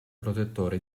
protettore